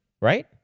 Right